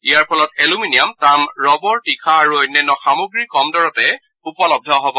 ইয়াৰ ফলত এলুমিনিয়াম তাম ৰবৰ তীখা আৰু অন্যান্য সামগ্ৰীৰ কম দৰতে উপলধ্ধ হব